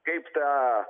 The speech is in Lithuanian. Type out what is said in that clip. kaip tą